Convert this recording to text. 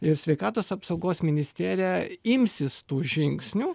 ir sveikatos apsaugos ministerija imsis tų žingsnių